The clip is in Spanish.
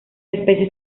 especie